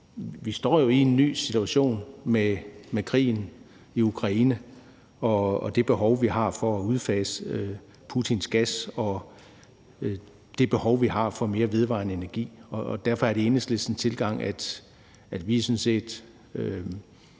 vi står jo i en ny situation med krigen i Ukraine og med det behov, vi har for at udfase Putins gas, og med det behov, vi har for mere vedvarende energi. Derfor er det Enhedslistens tilgang, at vi sådan set